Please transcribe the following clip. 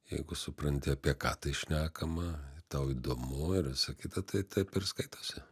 jeigu supranti apie ką tai šnekama tau įdomu ir visa kita tai taip ir skaitosi